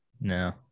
no